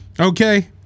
Okay